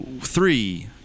three